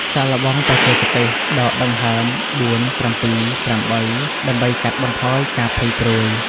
សាកល្បងបច្ចេកទេសដកដង្ហើម ៤,៧,៨ ដើម្បីកាត់បន្ថយការភ័យព្រួយ។